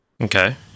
Okay